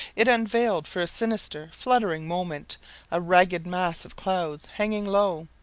it unveiled for a sinister, fluttering moment a ragged mass of clouds hanging low,